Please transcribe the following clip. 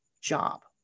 job